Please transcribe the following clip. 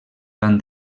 van